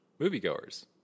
moviegoers